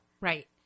Right